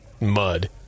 mud